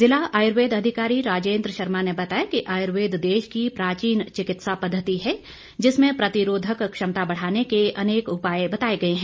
जिला आयुर्वेद अधिकारी राजेन्द्र शर्मा ने बताया कि आयुर्वेद देश की प्राचीन चिकित्सा पद्वति है जिसमें प्रतिरोधक क्षमता बढ़ाने के अनेक उपाय बताए गए हैं